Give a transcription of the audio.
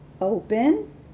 open